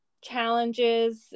challenges